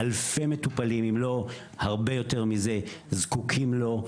אלפי מטופלים אם לא הרבה יותר מזה זקוקים לו.